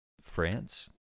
france